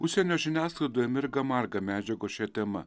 užsienio žiniasklaidoje mirga marga medžiagos šia tema